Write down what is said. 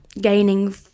gaining